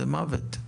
זה מוות.